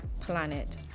planet